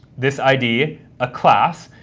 this id a class,